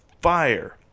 fire